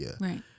Right